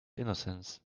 innocence